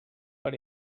per